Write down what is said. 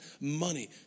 money